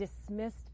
dismissed